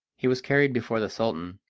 he was carried before the sultan,